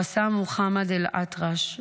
רס"ם מחמד אל-אטרש,